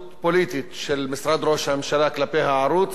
פוליטית של משרד ראש הממשלה כלפי הערוץ